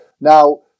Now